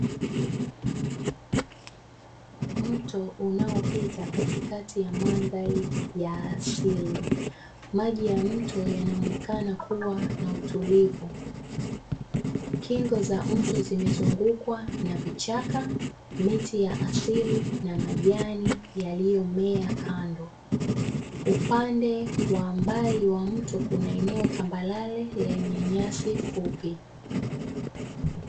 Mto unaopita katikati ya mandhari ya asili. Maji ya mto yanaonekana kuwa na utulivu. Kingo za mto zimezungukwa na vichaka, miti ya asili na majani yaliyomea kando. Upande wa mbali wa mto kuna eneo tambalale lenye nyasi fupi.